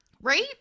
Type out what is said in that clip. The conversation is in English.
Right